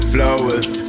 flowers